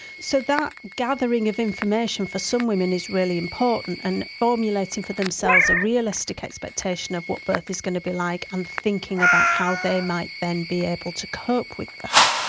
so that gathering of information for some women is really important, and formulating for themselves a realistic expectation of what birth is going to be like and thinking about how they might then be able to cope with that.